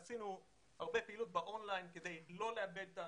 עשינו הרבה פעילות באון ליין כדי לא לאבד את האנשים.